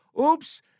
oops